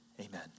Amen